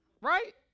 Right